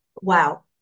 wow